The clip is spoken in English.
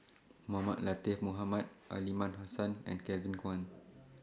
Mohamed Latiff Mohamed Aliman Hassan and Kevin Kwan